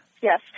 Yes